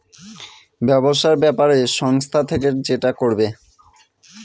ব্যবসার ব্যাপারে সংস্থা থেকে যেটা করবে